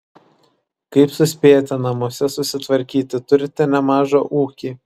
kaip suspėjate namuose susitvarkyti turite nemažą ūkį